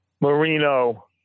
Marino